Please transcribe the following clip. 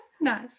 Nice